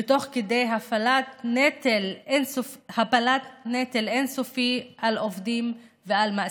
ותוך הפלת נטל אין-סופי על העובדים ועל המעסיקים,